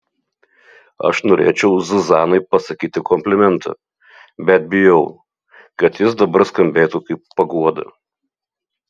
aš norėčiau zuzanai pasakyti komplimentą bet bijau kad jis dabar skambėtų kaip paguoda